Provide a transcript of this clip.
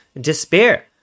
despair